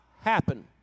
happen